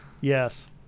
Yes